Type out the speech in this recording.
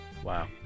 Wow